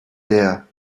der